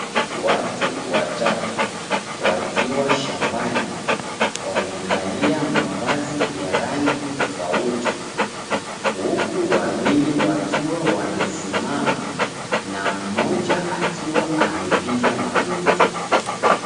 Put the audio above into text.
Watu watatu wakiwa shambani, wamevaliza mavazi ya rangi tofauti huku wawili wakiwa wamesimama na mmoja akiwa amepiga magoti.